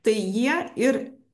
tai jie ir